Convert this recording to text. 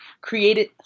created